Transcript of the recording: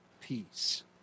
peace